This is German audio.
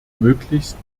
möglichst